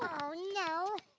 oh no.